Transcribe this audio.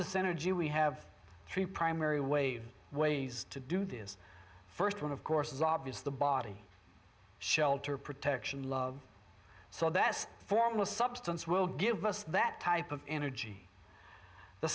synergy we have three primary wave ways to do this first one of course is obvious the body shelter protection love so that's foremost substance will give us that type of energy the